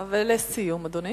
ולסיום, אדוני?